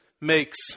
makes